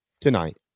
tonight